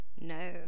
No